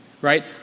right